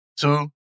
Two